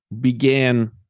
began